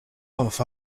off